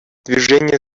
движение